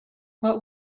what